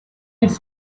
its